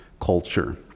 culture